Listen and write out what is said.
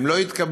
הם לא התקבלו,